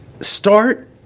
Start